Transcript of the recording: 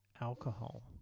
alcohol